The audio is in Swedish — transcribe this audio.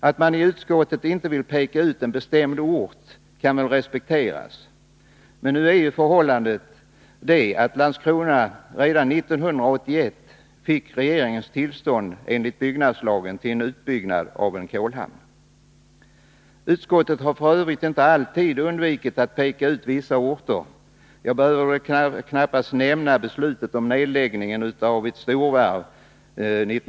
Att man i utskottet inte vill peka ut en bestämd ort kan väl respekteras, men nu är ju förhållandet det att Landskrona redan 1981 fick regeringens tillstånd enligt byggnadslagen till en utbyggnad av en kolhamn. Utskottet har f. ö. inte alltid undvikit att peka ut vissa orter. Jag behöver väl knappast nämna beslutet om nedläggningen av ett storvarv 1980/81.